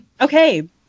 Okay